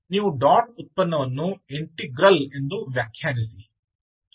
ನೀವು ಡಾಟ್ ಉತ್ಪನ್ನವನ್ನು ಇಂಟೆಗ್ರಲ್ ಎಂದು ವ್ಯಾಖ್ಯಾನಿಸಿ